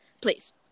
please